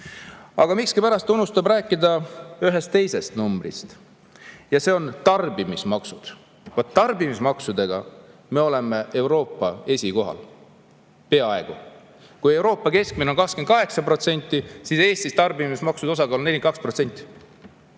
Aga miskipärast ta unustab rääkida ühest teisest numbrist – tarbimismaksudest. Tarbimismaksude poolest me oleme Euroopas esikohal, peaaegu. Kui Euroopa keskmine on 28%, siis Eestis on tarbimismaksude osakaal 42%.